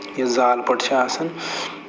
یہِ زالہٕ پٔٹۍ چھِ آسان